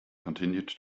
continued